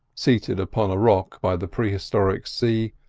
seated upon a rock by the prehistoric sea,